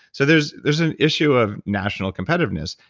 so there's there's an issue of national competitiveness.